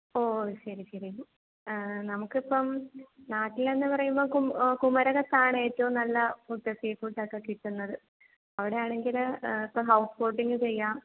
ഓ ശരി ശരി ആ നമുക്ക് ഇപ്പോൾ നാട്ടിലെന്ന് പറയുമ്പോൾ കും കുമരകത്ത് ആണ് ഏറ്റവും നല്ല ഫുഡൊക്കെ സീ ഫുഡ് ഒക്കെ കിട്ടുന്നത് അവിടെ ആണെങ്കിൽ ഇപ്പോൾഹൗസ് ബോട്ടിങ് ചെയ്യാം